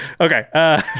Okay